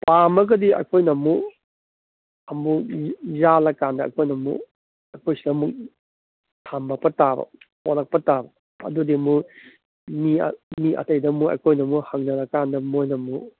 ꯄꯥꯝꯃꯒꯗꯤ ꯑꯩꯈꯣꯏꯅ ꯑꯃꯨꯛ ꯑꯃꯨꯛ ꯌꯥꯜꯂꯀꯥꯟꯗ ꯑꯩꯈꯣꯏꯅ ꯑꯃꯨꯛ ꯑꯩꯈꯣꯏ ꯁꯤꯗ ꯑꯃꯨꯛ ꯊꯝꯃꯛꯄ ꯇꯥꯕ ꯄꯣꯔꯛꯄ ꯇꯥꯕ ꯑꯗꯨꯗꯤ ꯑꯃꯨꯛ ꯃꯤ ꯑꯇꯩꯗ ꯑꯃꯨꯛ ꯑꯩꯈꯣꯏꯅꯃꯨꯛ ꯍꯪꯅꯔꯀꯥꯟꯗ ꯃꯣꯏꯅ ꯑꯃꯨꯛ